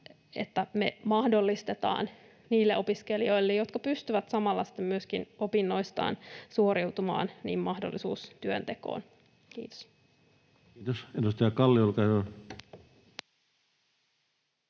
että me mahdollistetaan niille opiskelijoille, jotka pystyvät samalla sitten myöskin opinnoistaan suoriutumaan, mahdollisuus työntekoon. — Kiitos. [Speech 131] Speaker: